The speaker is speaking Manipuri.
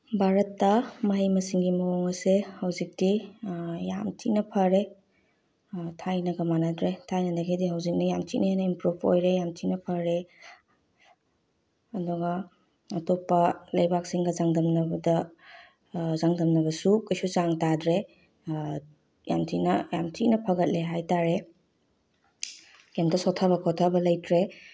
ꯚꯥꯔꯠꯇ ꯃꯍꯩ ꯃꯁꯤꯡꯒꯤ ꯃꯑꯣꯡ ꯑꯁꯦ ꯍꯧꯖꯤꯛꯇꯤ ꯌꯥꯝ ꯊꯤꯅ ꯐꯔꯦ ꯊꯥꯏꯅꯒ ꯃꯥꯟꯅꯗ꯭ꯔꯦ ꯊꯥꯏꯅꯗꯒꯤꯗꯤ ꯍꯧꯖꯤꯛꯅ ꯌꯥꯝ ꯊꯤꯅ ꯍꯦꯟꯅ ꯏꯝꯄ꯭ꯔꯨꯚ ꯑꯣꯏꯔꯦ ꯌꯥꯝ ꯊꯤꯅ ꯐꯔꯦ ꯑꯗꯨꯒ ꯑꯇꯣꯞꯄ ꯂꯩꯕꯥꯛꯁꯤꯡꯒ ꯆꯥꯡꯗꯝꯅꯕꯗ ꯆꯥꯡꯗꯝꯅꯕꯁꯨ ꯀꯩꯁꯨ ꯆꯥꯡ ꯇꯥꯗ꯭ꯔꯦ ꯌꯥꯝ ꯊꯤꯅ ꯌꯥꯝ ꯊꯤꯅ ꯐꯒꯠꯂꯦ ꯍꯥꯏ ꯇꯥꯔꯦ ꯀꯦꯝꯇ ꯁꯣꯠꯊꯕ ꯈꯣꯠꯊꯕ ꯂꯩꯇ꯭ꯔꯦ